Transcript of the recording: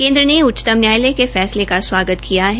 केन्द्र ने उच्चतम न्यायालय के फैसले का स्वागत किया है